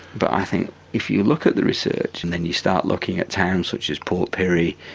but i think if you look at the research and then you start looking at towns such as port pirie,